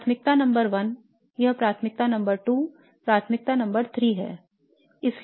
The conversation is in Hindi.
यह प्राथमिकता नंबर 1 प्राथमिकता नंबर 2 प्राथमिकता नंबर 3 है